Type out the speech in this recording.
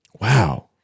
Wow